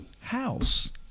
house